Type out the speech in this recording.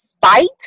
fight